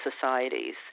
societies